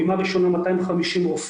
פעימה ראשונה 250 רופאים